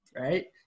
Right